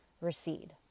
recede